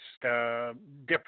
different